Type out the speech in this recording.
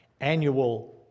annual